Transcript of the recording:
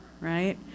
right